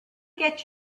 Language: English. gets